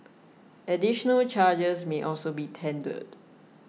additional charges may also be tendered